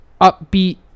upbeat